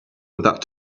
without